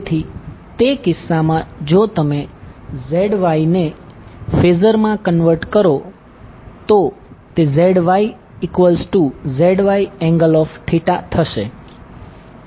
તેથી તે કિસ્સામાં જો તમે ZY ને ફેઝર માં કન્વર્ટ કરો તો તે ZYZY∠θ થશે